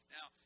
Now